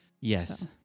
Yes